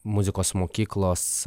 muzikos mokyklos